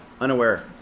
unaware